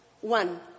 One